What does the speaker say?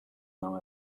now